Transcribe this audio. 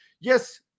Yes